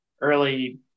early